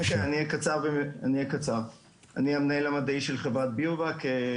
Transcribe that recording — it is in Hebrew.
אני המנהל המדעי של חברת ביוואק,